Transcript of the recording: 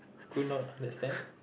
could not understand